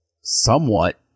somewhat